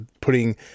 putting